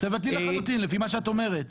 תבטלי לחלוטין לפי מה שאת אומרת.